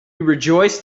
rejoiced